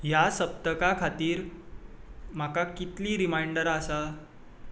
ह्या सप्तका खातीर म्हाका कितलीं रिमांयडरां आसा